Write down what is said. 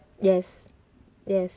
yes yes